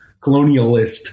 colonialist